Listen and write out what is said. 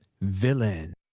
Villain